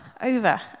over